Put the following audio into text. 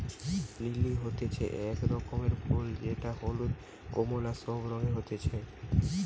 lily হতিছে এক রকমের ফুল যেটা হলুদ, কোমলা সব রঙে হতিছে